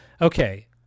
okay